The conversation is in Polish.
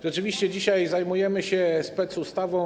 Rzeczywiście dzisiaj zajmujemy się specustawą.